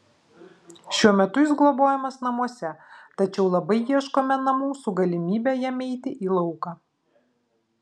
šiuo metu jis globojamas namuose tačiau labai ieškome namų su galimybe jam eiti į lauką